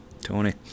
Tony